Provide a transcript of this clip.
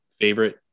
favorite